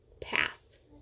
path